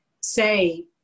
say